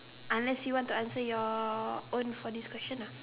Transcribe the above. unless you want to answer your own for this question ah